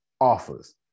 offers